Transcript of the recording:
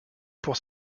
pour